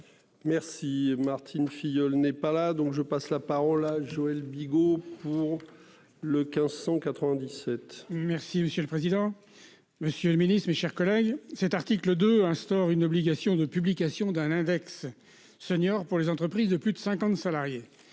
Merci Martine Filleul n'est pas là donc je passe la parole à Joël Bigot pour le 197. Merci monsieur le président. Monsieur le Ministre, mes chers collègues. Cet article 2 instaure une obligation de publication d'un index seniors pour les entreprises de plus de 50 salariés.